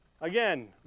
Again